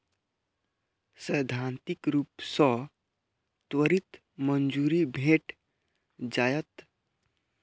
सैद्धांतिक रूप सं त्वरित मंजूरी भेट जायत